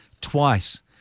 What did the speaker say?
twice